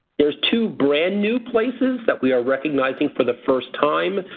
there's two brand-new places that we are recognizing for the first time.